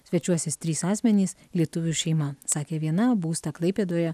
svečiuosis trys asmenys lietuvių šeima sakė viena būstą klaipėdoje